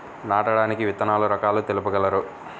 నాటడానికి విత్తన రకాలు తెలుపగలరు?